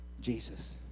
Jesus